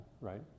right